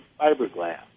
fiberglass